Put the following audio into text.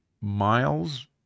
Miles